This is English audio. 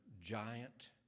giant